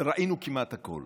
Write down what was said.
ראינו כמעט הכול,